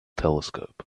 telescope